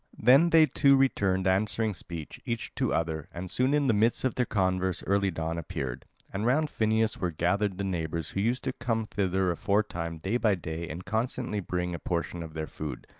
then they two returned answering speech, each to other, and soon in the midst of their converse early dawn appeared and round phineus were gathered the neighbours who used to come thither aforetime day by day and constantly bring a portion of their food.